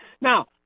Now